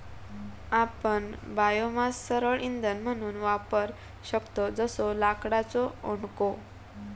आपण बायोमास सरळ इंधन म्हणून वापरू शकतव जसो लाकडाचो ओंडको